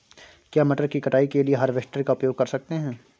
क्या मटर की कटाई के लिए हार्वेस्टर का उपयोग कर सकते हैं?